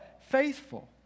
faithful